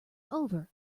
over